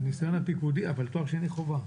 על הניסיון הפיקודי, אבל תואר שני חובה.